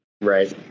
Right